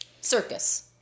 Circus